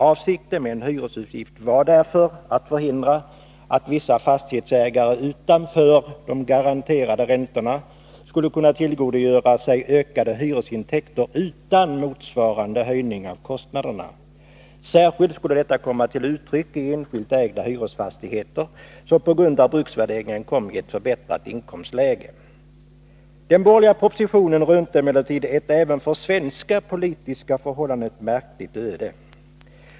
Avsikten med en hyreshusavgift var därför att förhindra att vissa fastighetsägare utanför de garanterade räntorna skulle kunna tillgodogöra sig ökade hyresintäkter utan motsvarande höjning av kostnaderna. Särskilt skulle detta komma till uttryck i enskilt ägda hyresfastigheter, som på grund av bruksvärderingen kom i ett förbättrat inkomstläge. Den borgerliga propositionen rönte emellertid ett även för svenska politiska förhållanden märkligt öde.